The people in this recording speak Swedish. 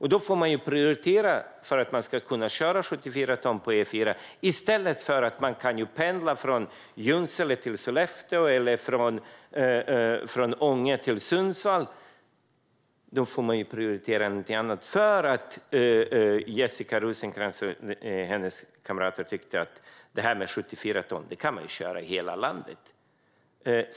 Man får prioritera att man ska kunna köra med lastbilar på 74 ton på E4:an i stället för att man ska kunna pendla från Junsele till Sollefteå eller från Ånge till Sundsvall. Det får man göra för att Jessica Rosencrantz och hennes kamrater tyckte att man kan köra med 74 ton i hela landet.